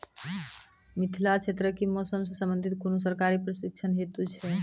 मिथिला क्षेत्रक कि मौसम से संबंधित कुनू सरकारी प्रशिक्षण हेतु छै?